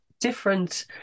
different